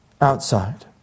outside